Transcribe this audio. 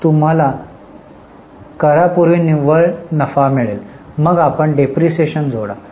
तर तुम्हाला करा पूर्वी निव्वळ नफा मिळेल मग आपण डेप्रिसिएशन जोडा